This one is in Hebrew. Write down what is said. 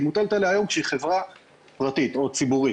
והיא מוטלת עליה היום כשהיא חברה פרטית או ציבורית.